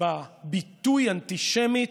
בביטוי "אנטישמית",